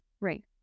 Right